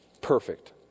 perfect